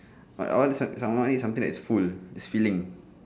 I want to eat something that is full is filling